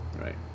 right